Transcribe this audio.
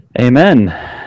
Amen